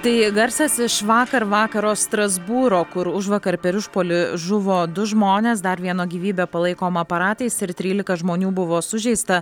tai garsas iš vakar vakaro strasbūro kur užvakar per išpuolį žuvo du žmonės dar vieno gyvybė palaikoma aparatais ir trylika žmonių buvo sužeista